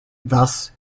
thus